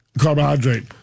carbohydrate